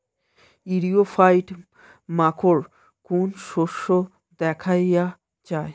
ইরিও ফাইট মাকোর কোন শস্য দেখাইয়া যায়?